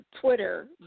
Twitter